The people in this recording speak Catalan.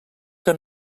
que